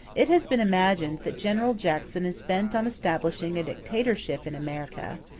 it has been imagined that general jackson is bent on establishing a dictatorship in america,